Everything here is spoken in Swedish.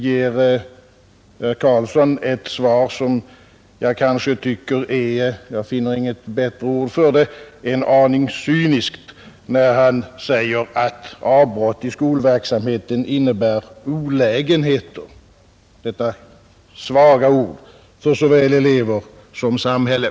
Herr Carlsson ger ett svar som enligt min uppfattning är — jag finner inget bättre ord för det — en aning cyniskt, när han säger att avbrott i skolverksamheten innebär ”olägenheter” — detta svaga ord — för såväl elever som samhälle.